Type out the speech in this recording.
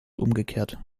umgekehrt